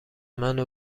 منو